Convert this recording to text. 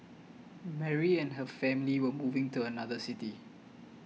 Mary and her family were moving to another city